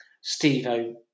Steve-O